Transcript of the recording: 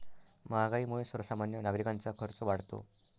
महागाईमुळे सर्वसामान्य नागरिकांचा खर्च वाढतो